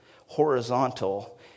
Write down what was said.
horizontal